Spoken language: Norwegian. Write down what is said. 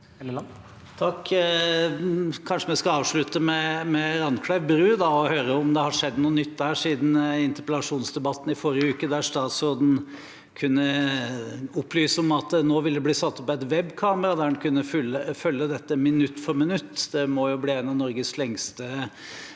Kanskje vi skal av- slutte med Randklev bru og høre om det har skjedd noe nytt der siden interpellasjonsdebatten i forrige uke, der statsråden kunne opplyse om at det nå ville bli satt opp et webkamera der en kunne følge dette minutt for minutt. Det må jo bli en av Norges lengste